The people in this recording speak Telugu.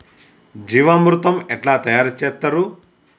జీవామృతం ఎట్లా తయారు చేత్తరు?